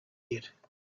yet